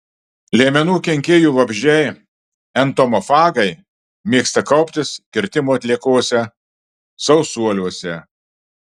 liemenų kenkėjų vabzdžiai entomofagai mėgsta kauptis kirtimo atliekose sausuoliuose